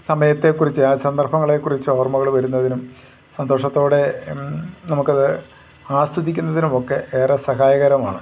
സമയത്തെക്കുറിച്ച് ആ സന്ദർഭങ്ങളെക്കുറിച്ച് ഓർമ്മകൾ വരുന്നതിനും സന്തോഷത്തോടെ നമുക്കത് ആസ്വദിക്കുന്നതിനുമൊക്കെഏറെ സഹായകരമാണ്